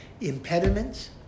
impediments